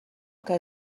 que